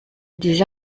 des